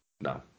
No